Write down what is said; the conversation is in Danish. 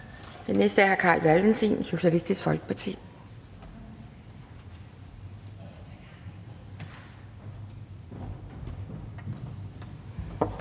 videre til hr. Carl Valentin, Socialistisk Folkeparti.